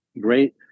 great